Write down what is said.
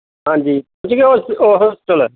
ਹਾਂਜੀ ਪੁੱਜ ਗਏ ਹੋਸਟ ਉਹ ਹੋਸਟਲ